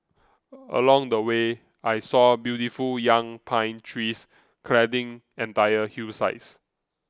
along the way I saw beautiful young pine trees cladding entire hillsides